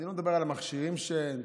אני לא מדבר על המכשירים שאין.